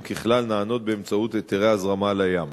ככלל נענות באמצעות היתרי הזרמה לים.